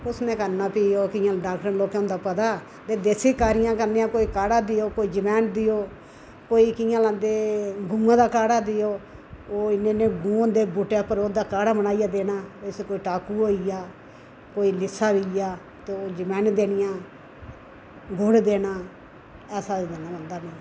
कुसनै करना भी ओह् डॉक्टर लोकें होंदा पता ते देसी कारियां करने कोई काढ़ा देओ कोई जमैन देओ कोई कि'यां लांदे गऊऐं दा काढ़ा देओ ओह् इ'यै नै गहुं होंदे बूह्टे उप्पर ओह्दा काढ़ा देना जिसी कोई टाकू होइया कोई लिस्सा होइया ते जमैन देनियां गुड़ देना ऐसा ही करना पौंदा भी